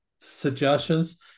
suggestions